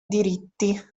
diritti